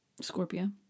Scorpio